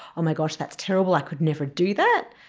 oh my gosh, that's terrible, i could never do that,